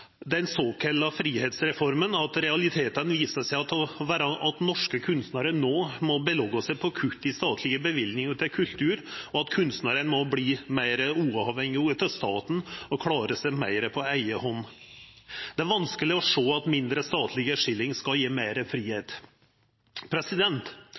den såkalla fridomsreforma, at realiteten viser seg å vera at norske kunstnarar nå må belaga seg på kutt i statlege løyvingar til kultur, og at kunstnarane må verta meir uavhengige av staten og klara seg meir på eiga hand. Det er vanskeleg å sjå at mindre statleg skilling skal gje meir